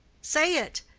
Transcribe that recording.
say it.